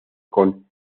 con